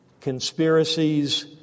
conspiracies